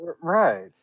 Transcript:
right